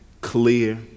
clear